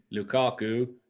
Lukaku